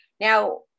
Now